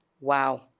wow